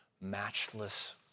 matchless